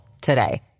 today